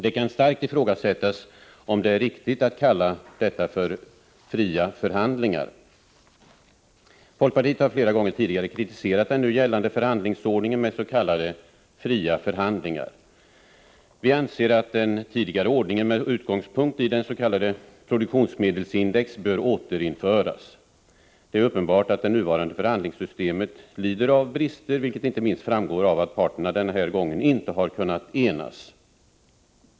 Det kan starkt i frågasättas om det är riktigt att kalla detta för ”fria förhandlingar”. Folkpartiet har flera gånger tidigare kritiserat den nu gällande förhandlingsordningen med s.k. fria förhandlingar. Vi anser att den tidigare ordningen med utgångspunkt i dens.k. produktionsmedelsindex — PM-index — bör återinföras. Det är uppenbart att det nuvarande förhandlingssystemet lider av brister, vilket inte minst framgår av att parterna denna gång inte har kunnat enas.